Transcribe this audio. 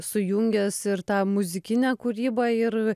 sujungęs ir tą muzikinę kūrybą ir